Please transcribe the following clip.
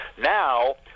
Now